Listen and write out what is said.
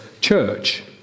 church